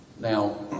Now